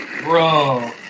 Bro